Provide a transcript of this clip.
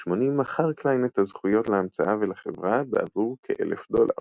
1980 מכר קליין את הזכויות להמצאה ולחברה בעבור כאלף דולר.